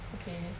okay